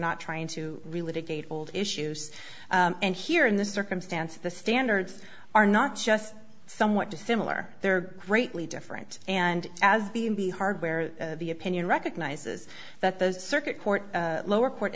again old issues and here in this circumstance the standards are not just somewhat dissimilar they're greatly different and as being the hardware the opinion recognizes that the circuit court lower court